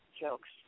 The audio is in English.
jokes